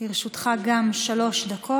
גם לרשותך שלוש דקות.